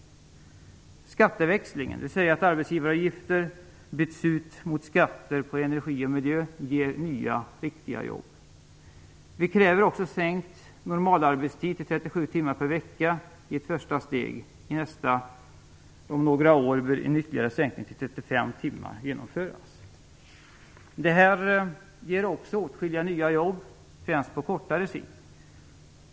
Skatteväxlingen, dvs. att arbetsgivaravgifter byts ut mot skatter på energi och miljö, ger nya, riktiga jobb. Vi kräver också sänkt normalarbetstid till 37 timmar per vecka i ett första steg. I nästa steg om några år bör en ytterligare sänkning till 35 timmar genomföras. Det här ger också åtskilliga nya jobb, främst på kortare sikt.